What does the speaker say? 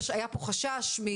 היה פה חשש,